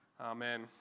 Amen